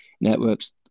networks